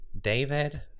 David